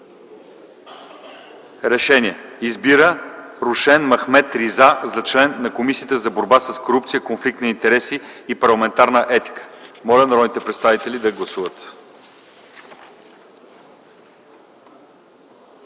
решение. РЕШИ: Избира Рушен Мехмед Риза за член на Комисията за борба с корупцията и конфликт на интереси и парламентарна етика.” Моля народните представители да гласуват.